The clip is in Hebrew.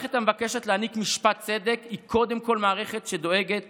מערכת המבקשת להעניק משפט צדק היא קודם כול מערכת שדואגת